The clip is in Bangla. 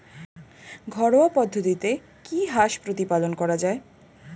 ঘরোয়া পদ্ধতিতে কি হাঁস প্রতিপালন করা যায়?